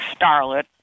starlet